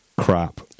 Crap